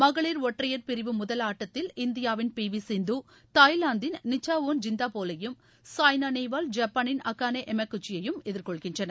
மகளிர் ஒற்றையர் பிரிவு முதல் ஆட்டத்தில் இந்தியாவின் பி வி சிந்துதாய்லாந்தின் நிச்சாவோன் ஜிந்தாபோலையும் சாய்னாநேவால் ஜப்பானின் அக்கானே எமகுச்சியையும் எதிர்கொள்கின்றனர்